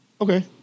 Okay